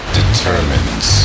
determines